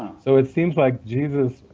so it seems like jesus,